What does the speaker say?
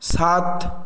সাত